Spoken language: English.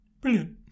Brilliant